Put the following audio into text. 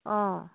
অঁ